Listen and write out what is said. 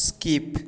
skip